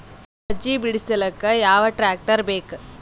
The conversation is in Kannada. ಸಜ್ಜಿ ಬಿಡಿಸಿಲಕ ಯಾವ ಟ್ರಾಕ್ಟರ್ ಬೇಕ?